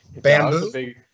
Bamboo